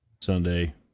Sunday